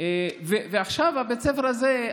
עכשיו בית הספר הזה,